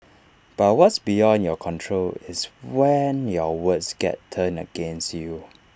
but what's beyond your control is when your words get turned against you